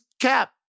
Cap